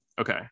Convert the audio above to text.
Okay